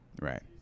Right